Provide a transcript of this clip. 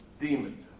Demons